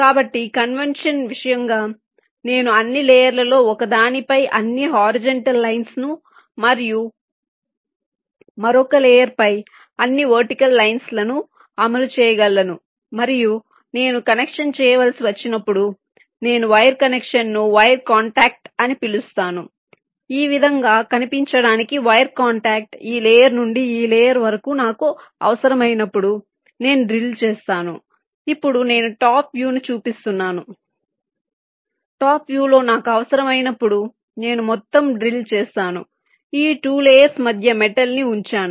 కాబట్టి కన్వెన్షన్ విషయంగా నేను అన్ని లేయర్ల లో ఒకదానిపై అన్ని హారిజాంటల్ లైన్స్ ను మరియు మరొక లేయర్ పై అన్ని వర్టికల్ లైన్ లను అమలు చేయగలను మరియు నేను కనెక్షన్ చేయవలసి వచ్చినప్పుడు నేను వైర్ కనెక్షన్ ను వైర్ కాంటాక్ట్ అని పిలుస్తాను ఈ విధంగా కనిపించడానికి వైర్ కాంటాక్ట్ ఈ లేయర్ నుండి ఈ లేయర్ వరకు నాకు అవసరమైనప్పుడు నేను డ్రిల్ చేస్తాను ఇప్పుడు నేను టాప్ వ్యూను చూపిస్తున్నాను టాప్ వ్యూలో నాకు అవసరమైనప్పుడు నేను మొత్తం డ్రిల్ చేస్తాను ఈ 2 లేయర్స్ మధ్య మెటల్ ని ఉంచాను